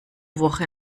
woche